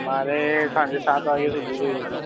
મારે સાંજે સાત વાગ્યા સુધી જોઈએ